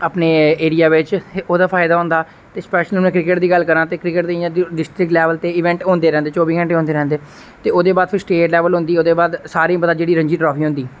अपने ऐरिया बिच ओहदा फायदा होंदा ते स्पैशल में क्रिकेट दी गल्ल करां ते क्रिकेट में इयां डिस्ट्रिक्ट लेबल ते इवेंट होंदे रेहदे चौबी घंंटे होंदे रैहदे ते ओहदे बाद फिह् स्टेट लेबल होंदी ओहदे बाद सारें गी पता जेहड़ी रंजी ट्राफी होंदी